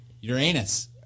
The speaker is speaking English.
Uranus